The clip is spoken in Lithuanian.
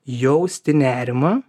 jausti nerimą